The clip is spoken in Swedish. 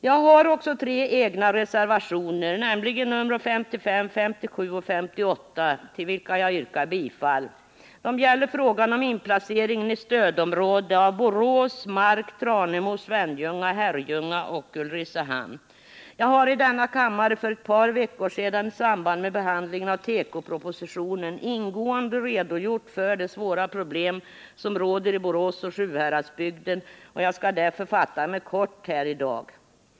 Jag har också tre egna reservationer, nämligen nr 55, 57 och 58, till vilka jag yrkar bifall. De gäller frågan om inplacering i stödområde av Borås, Mark, Tranemo, Svenljunga, Herrljunga och Ulricehamn. Jag har i denna kammare för ett par veckor sedan i samband med behandlingen av tekopropositionen ingående redogjort för de svåra problem som råder i Borås och Sjuhäradsbygden, och jag skall därför fatta mig kort i dag.